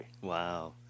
Wow